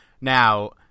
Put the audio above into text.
Now